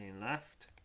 left